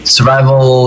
Survival